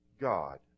God